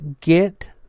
get